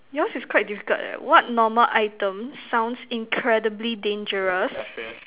yours is quite difficult eh what normal item sounds incredibly dangerous